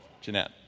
Jeanette